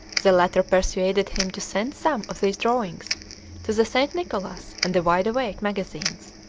the latter persuaded him to send some of these drawings to the st. nicholas and the wide-awake magazines,